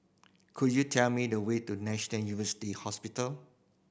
could you tell me the way to National University Hospital